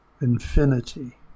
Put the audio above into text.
Infinity